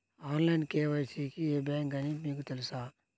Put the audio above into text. Online KYC కి ఏ bank అని మీకు తెలుసా?